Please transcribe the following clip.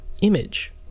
image